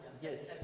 Yes